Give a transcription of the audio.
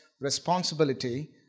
responsibility